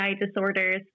disorders